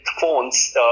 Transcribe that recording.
phones